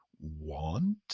want